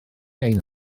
ein